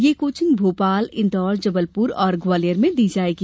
यह कोचिंग भोपाल इंदौर जबलपुर और ग्वालियर में दी जायेगी